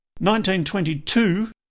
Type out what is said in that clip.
1922